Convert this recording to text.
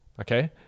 okay